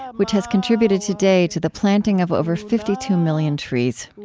which has contributed today to the planting of over fifty two million trees.